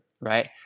Right